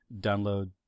download